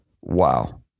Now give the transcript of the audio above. Wow